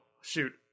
shoot